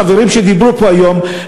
חברים שדיברו פה היום,